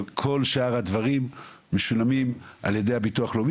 כל שאר הדברים משולמים על ידי הביטוח הלאומי